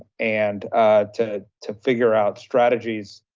and to to figure out strategies,